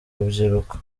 rubyiruko